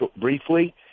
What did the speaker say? briefly